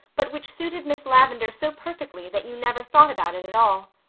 but which suited miss lavendar so perfectly that you never thought about it at all.